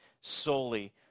solely